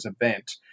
event